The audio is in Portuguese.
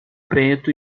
preto